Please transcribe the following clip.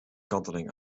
kanteling